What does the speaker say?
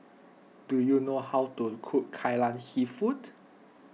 do you know how to cook Kai Lan Seafood